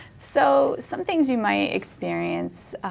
so, some things you might experience,